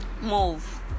move